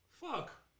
fuck